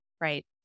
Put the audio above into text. right